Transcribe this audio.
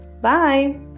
Bye